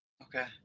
Okay